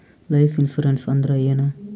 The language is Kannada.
ಲೈಫ್ ಇನ್ಸೂರೆನ್ಸ್ ಅಂದ್ರ ಏನ?